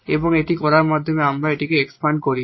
সুতরাং এবং এটি করার মাধ্যমে আমরা এটিকে এক্সপান্ড করি